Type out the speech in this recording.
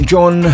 John